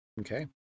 Okay